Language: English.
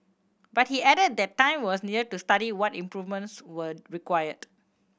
but he added that time was needed to study what improvements were required